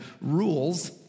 rules